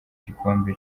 gikombe